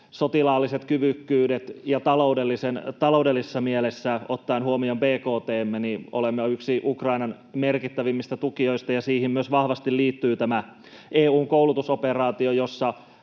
sotilaalliset kyvykkyydet. Taloudellisessa mielessä, ottaen huomioon bkt:mme, olemme yksi Ukrainan merkittävimmistä tukijoista. Siihen vahvasti liittyy myös tämä EU:n koulutusoperaatio, jossa